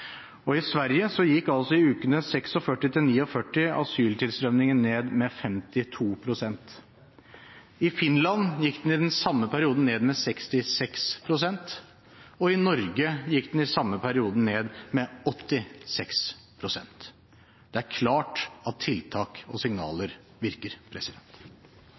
også i Sverige og i Finland. I Sverige gikk asyltilstrømmingen i ukene 46–49 ned med 52 pst. I Finland gikk den i den sammen perioden ned med 66 pst., og i Norge gikk den i den samme perioden ned med 86 pst. Det er klart at tiltak og signaler virker.